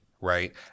right